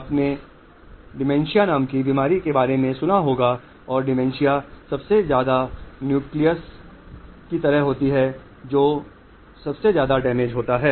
आपने डिमेंशिया नाम की बीमारी के बारे में सुना होगा और डिमेंशिया सबसे ज्यादा न्यूक्लियस की तरह होता है जो सबसे ज्यादा डैमेज होता है